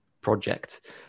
project